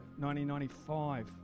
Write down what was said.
1995